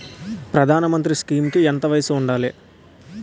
ప్రధాన మంత్రి స్కీమ్స్ కి వయసు ఎంత ఉండాలి?